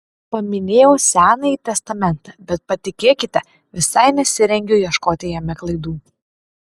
paminėjau senąjį testamentą bet patikėkite visai nesirengiu ieškoti jame klaidų